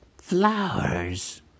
flowers